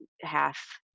half